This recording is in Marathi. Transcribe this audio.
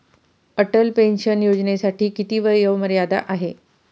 अटल पेन्शन योजनेसाठी किती वयोमर्यादा आहे?